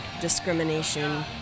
discrimination